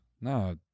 No